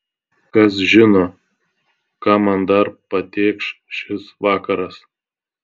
kas žino ką man dar patėkš šis vakaras